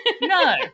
No